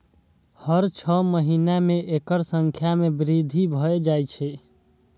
हर छह महीना मे एकर संख्या मे वृद्धि भए जाए छै